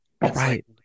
right